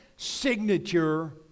Signature